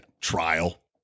trial